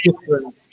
different